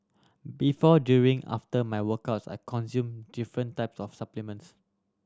before during after my workouts I consume different types of supplements